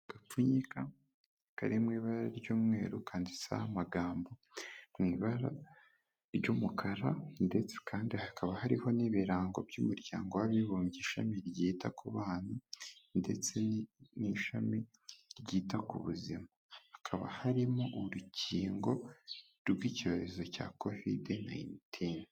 Agapfunyika kari mu ibara ry'umweru kanditseho amagambo mu ibara ry'umukara ndetse kandi hakaba hariho n'ibirango by'umuryango w'abibumbye ishami ryita ku bana ndetse n'ishami ryita ku buzima, hakaba harimo urukingo rw'icyorezo cya covid nineteen.